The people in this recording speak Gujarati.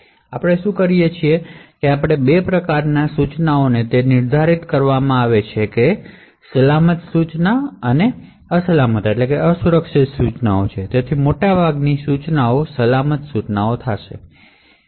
આપણે શું કરીએ છીએ તે છે કે આપણે બે પ્રકારનાં ઇન્સટ્રકશન તે નિર્ધારિત કરીએ છીએ સલામત ઇન્સટ્રકશનશ અને અસુરક્ષિત ઇન્સટ્રકશન છે મોટાભાગની ઇન્સટ્રકશનશ સલામત ઇન્સટ્રકશનશ છે